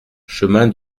chemin